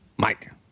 mike